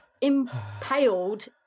impaled